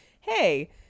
Hey